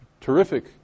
terrific